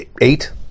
eight